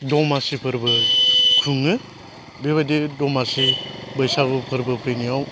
दमासि फोरबो खुङो बेबायदि दमासि बैसागु फोरबो फैनायाव